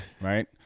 Right